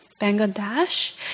Bangladesh